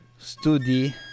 studi